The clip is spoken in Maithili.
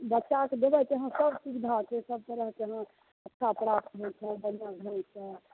बच्चाके देबै तऽ इहाँ सभ सुबिधा छै सभ तरहके इहाँ शिक्षा प्राप्त होइ छै बढ़िआँ रहै छै